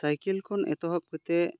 cycle ᱠᱷᱚᱱ ᱮᱛᱚᱦᱚᱵ ᱠᱟᱛᱮᱫ